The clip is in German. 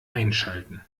einschalten